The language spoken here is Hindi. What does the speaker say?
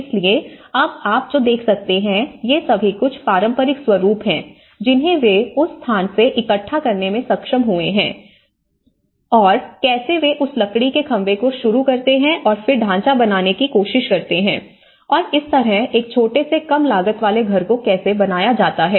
इसलिए अब आप जो देख सकते हैं ये सभी कुछ पारंपरिक स्वरूप हैं जिन्हें वे उस स्थान से इकट्ठा करने में सक्षम हुए हैं और कैसे वे उस लकड़ी के खंभे को शुरू करते हैं और फिर ढांचा बनाने की कोशिश करते हैं और इस तरह एक छोटे से कम लागत वाले घर को कैसे बनाया जाता है